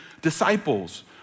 disciples